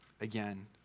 again